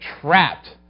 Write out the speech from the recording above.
trapped